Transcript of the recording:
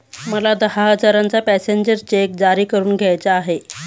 मला दहा हजारांचा पॅसेंजर चेक जारी करून घ्यायचा आहे